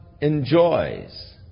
enjoys